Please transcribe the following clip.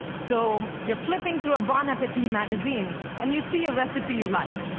so you're flipping through a bon appetit magazine and you see a recipe you like.